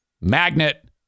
magnet